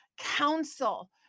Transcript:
counsel